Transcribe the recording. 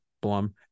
Blum